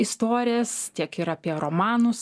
istorijas tiek ir apie romanus